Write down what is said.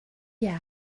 yeah